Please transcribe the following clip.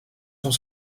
sont